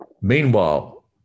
meanwhile